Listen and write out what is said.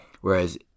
whereas